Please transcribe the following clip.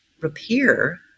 repair